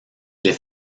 les